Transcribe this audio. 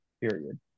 period